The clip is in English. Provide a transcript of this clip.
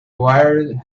wired